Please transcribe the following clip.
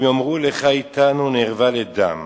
אם יאמרו לכה אתנו נארבה לדם